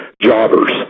jobbers